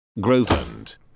Groveland